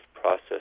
process